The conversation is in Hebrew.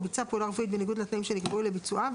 או ביצע פעולה רפואית בניגוד לתנאים הרפואיים שנקבעו לביצועה,